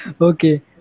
Okay